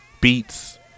beats